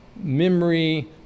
memory